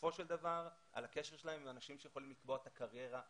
ובסופו של דבר על הקשר שלהם עם אנשים שיכולים לקבוע את הקריירה בהמשך.